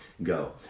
Go